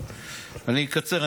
אני אקצר,